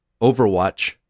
Overwatch